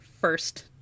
first